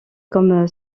comme